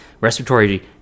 respiratory